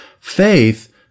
faith